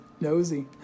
nosy